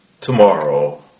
Tomorrow